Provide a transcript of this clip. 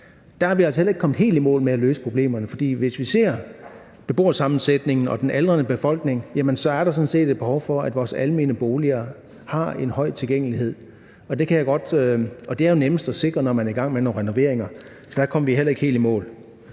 jeg altså heller ikke, vi er kommet helt i mål med at løse problemerne. For hvis vi ser på beboersammensætningen og den aldrende befolkning, så er der sådan set et behov for, at vores almene boliger har en høj tilgængelighed, og det er jo nemmest at sikre, når man er i gang med nogle renoveringer. Så der kom vi heller ikke helt i mål.